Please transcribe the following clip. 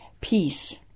peace